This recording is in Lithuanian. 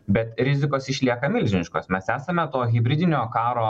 bet rizikos išlieka milžiniškos mes esame to hibridinio karo